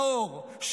נאור,